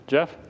Jeff